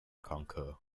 conquer